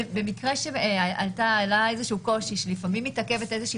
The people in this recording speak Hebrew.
במקרה שהיה איזשהו קושי שלפעמים מתעכבת איזושהי